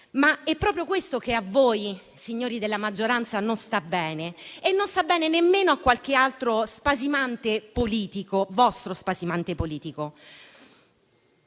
È proprio questo che a voi, signori della maggioranza, non sta bene e non sta bene nemmeno a qualche altro vostro spasimante politico.